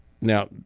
Now